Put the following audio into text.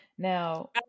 Now